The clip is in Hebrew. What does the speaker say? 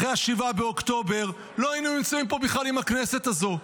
אחרי 7 באוקטובר לא היינו נמצאים פה בכלל עם הכנסת הזו,